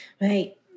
Right